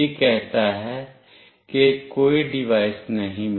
यह कहता है कि कोई डिवाइस नहीं मिला